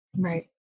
Right